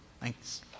Thanks